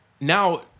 Now